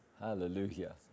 Hallelujah